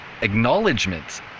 acknowledgement